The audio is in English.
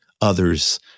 others